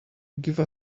give